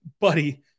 buddy